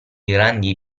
grandi